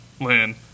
Lin